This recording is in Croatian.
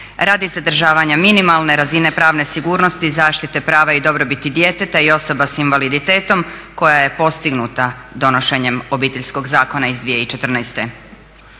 radi zadržavanja minimalne razine pravne sigurnost i zaštite prava i dobrobiti djeteta i osoba sa invaliditetom koja je postignuta donošenjem Obiteljskog zakona iz 2014.